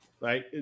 Right